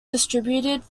distributed